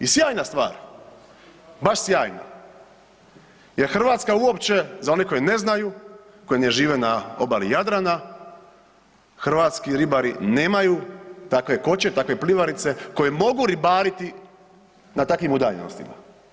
I sjajna stvar, baš sjajna jer Hrvatska uopće, za one koji ne znaju, koji ne žive na obali Jadrana, hrvatski ribari nemaju takve koče, takve plivarice koje mogu ribariti na takvim udaljenostima.